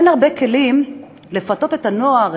אין הרבה כלים לפתות את הנוער,